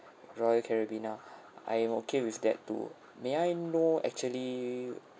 royal caribbean ah I am okay with that too may I know actually